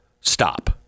stop